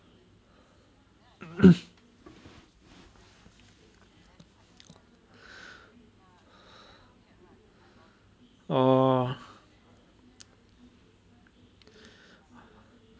oh